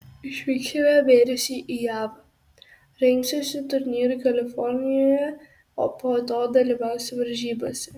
išvyksime mėnesiui į jav rengsiuosi turnyrui kalifornijoje o po to dalyvausiu varžybose